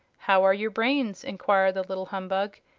how are your brains? enquired the little humbug,